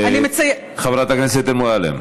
חברת הכנסת מועלם,